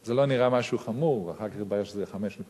זה לא נראה משהו חמור, אחר כך התברר שזה 5.3,